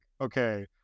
okay